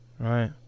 Right